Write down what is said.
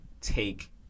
take